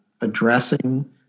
addressing